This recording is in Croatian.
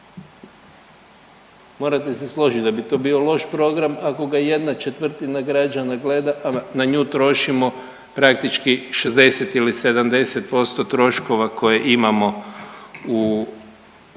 Morate se složiti da bi to bio loš program ako ga 1/4 građana gleda a na nju trošimo praktički 60 ili 70% troškova koje imamo u